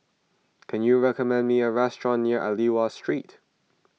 can you recommend me a restaurant near Aliwal Street